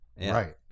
Right